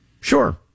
Sure